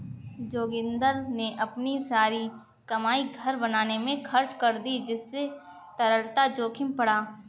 जोगिंदर ने अपनी सारी कमाई घर बनाने में खर्च कर दी जिससे तरलता जोखिम बढ़ा